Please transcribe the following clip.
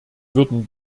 würden